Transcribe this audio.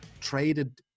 traded